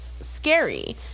scary